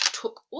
took